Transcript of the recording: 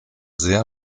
sehr